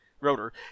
Rotor